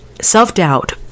self-doubt